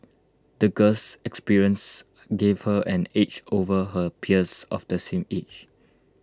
the girl's experiences gave her an edge over her peers of the same age